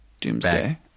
doomsday